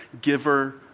giver